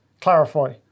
clarify